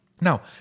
Now